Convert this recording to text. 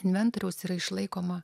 inventoriaus yra išlaikoma